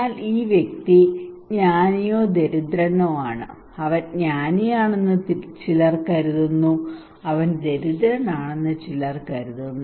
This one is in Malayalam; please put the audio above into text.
എന്നാൽ ഈ വ്യക്തി ജ്ഞാനിയോ ദരിദ്രനോ ആണ് അവൻ ജ്ഞാനിയാണെന്ന് ചിലർ കരുതുന്നു അവൻ ദരിദ്രനാണെന്ന് ചിലർ കരുതുന്നു